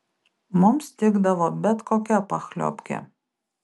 mums tikdavo bet kokia pachliobkė